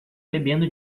bebendo